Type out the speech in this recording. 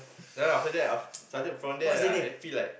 then after that of started from there right I feel like